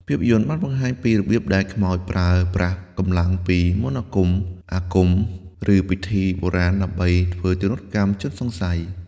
ភាពយន្តបានបង្ហាញពីរបៀបដែលខ្មោចប្រើប្រាស់កម្លាំងពី មន្តអាគម អាគម ឬ ពិធីបុរាណ ដើម្បីធ្វើទារុណកម្មជនសង្ស័យ។